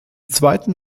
zweiten